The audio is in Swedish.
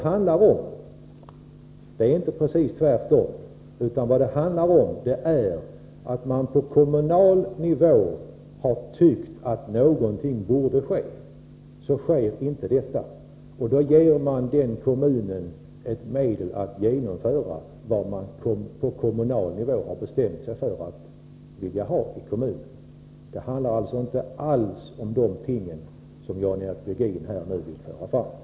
Vad det handlar om är att ge kommunerna ett medel att genomföra vad man på kommunal nivå har bestämt sig för att vilja göra. Det handlar alltså inte alls om de ting som Jan-Eric Virgin här för fram.